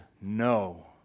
no